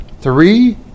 three